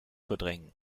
verdrängen